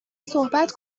صحبت